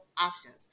options